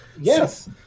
Yes